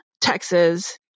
Texas